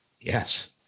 Yes